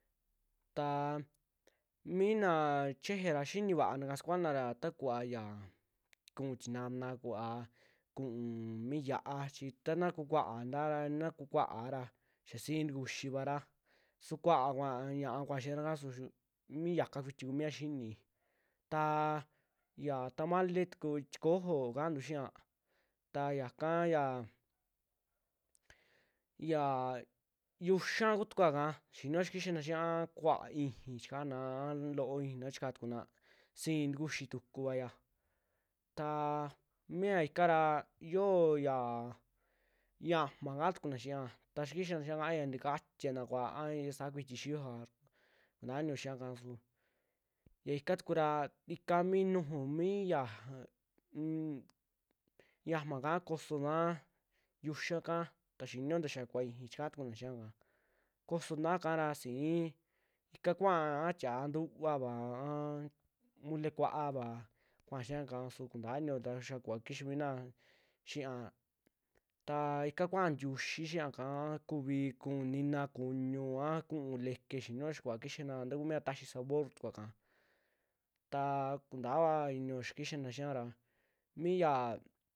Taa mina cheje ra xinii vaanaka sukuanara takuva yaa ku'un tinana, ku'un mi xia'a chii taa nakukuaa ra, ntaa nakukua ra xaa xi'i ntakuxii vara su kuaa kaa ñia'a kuaa xiira ika suu- such mi ya ika kuiti kua xiini, taa ya tamale tuku tikojoo kantu xiia ta yakaa xia, xia xiuya'a kutukua kaa xinio xa'a kixana xiiyaka akua'a ixii chikaana un loo ixii na chikaa tukuna sii ntukuxii tukuaya, taa mia ikara yioo yaa yi'ama kaa tukuna xiiña ta xaa kixana xiaa a yaa ntakatiana kua a saa kuiti xiora kuntaainio xiaaka su, ya ika tukura ika mi nuju mi yajj unm yi'amaka kosoona xiuya'a kaa ta xinio nta xaa kuuva ixii chikaa tukuna xii yakaa, kosoona kara si'i ika kua'a nta tia'a ntuvavaa aa mole kua'ava kuaa xiaka suu kuntaainio tayaa kuva kixaa mina xiiya, ta ika kuaa ntiuxi xiaaka a kuvii ku'u nina kuñu aa ku'u leke xinio xaa kuva kixaana ntaa kuu miya taxii sabor tukuaka, taa kuntaa inio xaa kixaana xia ra mi yaa.